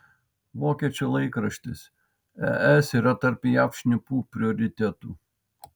vokiečių laikraštis es yra tarp jav šnipų prioritetų